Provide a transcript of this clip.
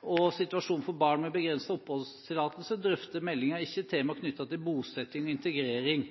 og situasjonen for barn med begrenset oppholdstillatelse drøfter meldingen ikke tema knyttet til bosetting og integrering.